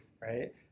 right